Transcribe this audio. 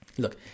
Look